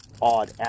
odd